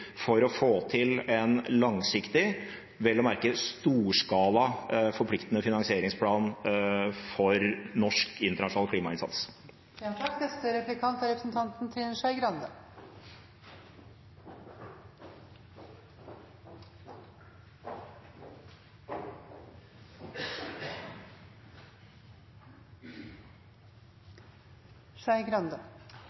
for å få til en langsiktig, vel å merke storskala, forpliktende finansieringsplan for norsk internasjonal klimainnsats. Jeg har et veldig oppriktig spørsmål til representanten